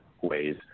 ways